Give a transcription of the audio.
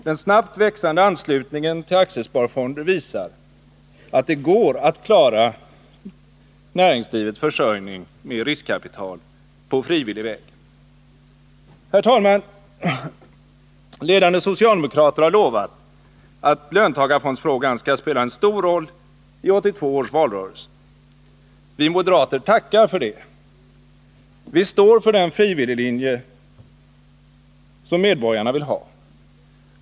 Den snabbt växande anslutningen till aktiesparfonder visar att det går att klara näringslivets försörjning med riskkapital på frivillig väg. Herr talman! Ledande socialdemokrater har lovat att löntagarfondsfrågan skall spela en stor roll i 1982 års valrörelse. Vi moderater tackar för det. Vi står för den frivilliglinje som medborgarna vill ha.